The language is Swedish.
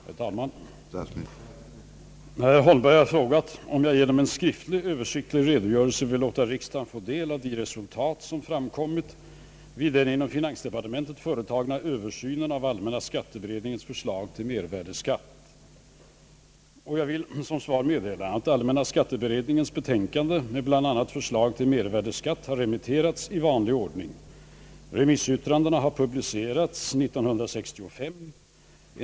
Herr talman! Herr Holmberg har frågat om jag genom en skriftlig översiktlig redogörelse vill låta riksdagen få del av de resultat som framkommit vid den inom finansdepartementet företagna översynen av allmänna skatteberedningens förslag till mervärdeskatt. Allmänna skatteberedningens betänkande med bl.a. förslag till mervärdeskatt har remitterats i vanlig ordning. Remissyttrandena har publicerats i SOU 1965: 28.